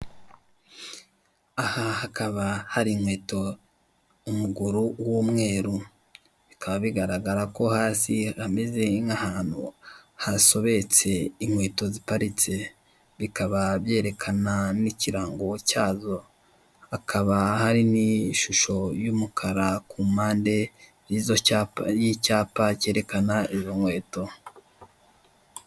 Aha hakaba hari ikweto umuguru w'umweru, bikaba bigaragara ko hasi hameza nk'ahantu hasobetse ikweto ziparitse, bikaba byerekana n'ikirango cyazo akaba hari n'ishusho y'umukara impande y'icyapa cyerekana iyo kweto.